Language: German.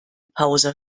pause